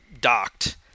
docked